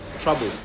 trouble